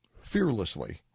fearlessly